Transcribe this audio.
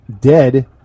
dead